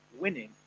winning